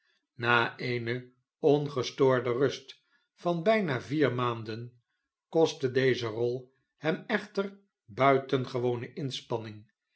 na eene ongestoorde rust van bijnaviermaanden kostte deze rol hem echter buitengewone inspanning